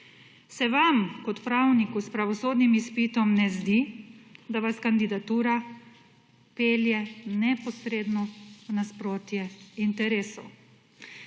se vam kot pravniku s pravosodnim izpitom ne zdi, da vas kandidatura pelje neposredno v nasprotje interesov?